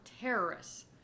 terrorists